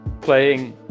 playing